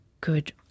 good